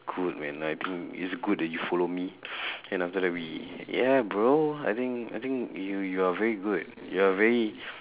good man I think it's good that you follow me then after that we yeah bro I think I think you you're very good you're very